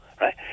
right